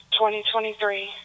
2023